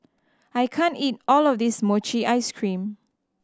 I can't eat all of this mochi ice cream